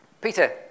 Peter